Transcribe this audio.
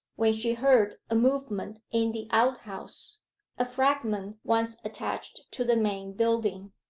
when she heard a movement in the outhouse a fragment once attached to the main building.